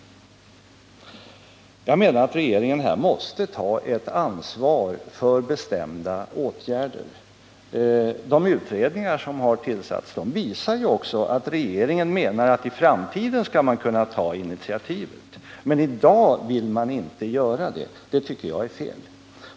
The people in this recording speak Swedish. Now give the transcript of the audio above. Jag menar att regeringen här måste ta ett ansvar för bestämda åtgärder. De utredningar som har tillsatts visar också att regeringen menar att i framtiden skall man kunna ta initiativet, men i dag vill man inte göra det. Det tycker jag är fel.